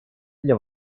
для